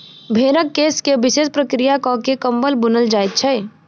भेंड़क केश के विशेष प्रक्रिया क के कम्बल बुनल जाइत छै